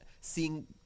seeing